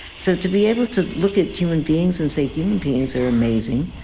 so to be able to look at human beings and say human beings are amazing.